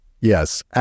Yes